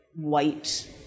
white